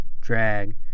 drag